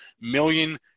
million